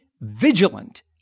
vigilant